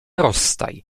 rozstaj